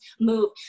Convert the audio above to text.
move